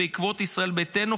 בעקבות ישראל ביתנו,